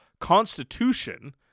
constitution